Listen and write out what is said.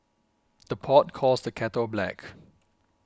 the pot calls the kettle black